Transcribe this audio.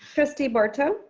trustee barto.